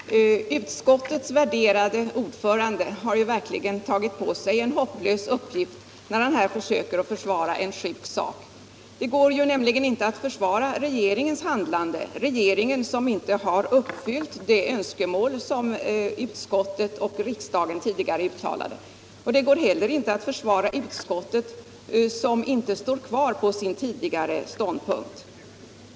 Herr talman! Utskottets värderade ordförande har ju verkligen tagit på sig en hopplös uppgift när han här försöker försvara en sjuk sak. Det går nämligen inte att försvara regeringens handlande — regeringen har inte uppfyllt de önskemål som utskottet och riksdagen tidigare uttalat. Det går inte heller att försvara utskottet, som inte står kvar vid sin tidigare ståndpunkt.